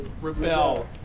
rebel